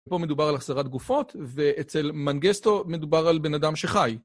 פה מדובר על החזרת גופות, ואצל מנגסטו מדובר על בן אדם שחי.